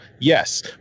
Yes